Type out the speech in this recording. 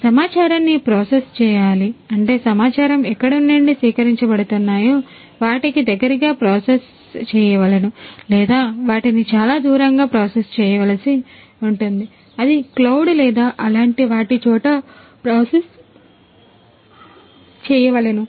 బట్టి సమాచారాన్ని ప్రాసెస్ చేయవలెను